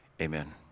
Amen